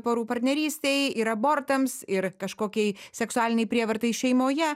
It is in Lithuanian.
porų partnerystei ir abortams ir kažkokiai seksualinei prievartai šeimoje